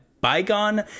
bygone